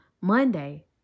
Monday